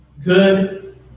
Good